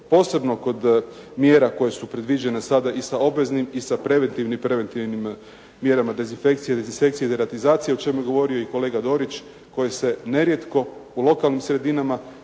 Posebno kod mjera koje su predviđene sada i sa obveznim i sa preventivnim mjerama dezinfekcije, dezinsekcije i deratizacije o čemu je govorio i kolega Dorić koji se nerijetko po lokalnim sredinama